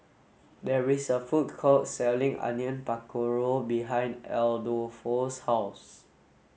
there is a food court selling Onion Pakora behind Adolfo's house